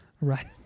Right